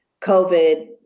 COVID